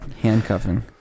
handcuffing